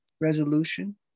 resolution